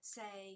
say